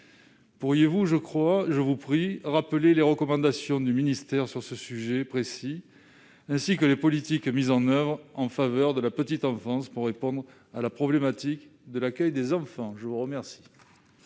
Pourriez-vous, je vous prie, rappeler les recommandations du ministère sur ce sujet précis, ainsi que les politiques mises en oeuvre en faveur de la petite enfance pour répondre à la problématique de l'accueil des enfants ? La parole